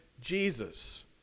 Jesus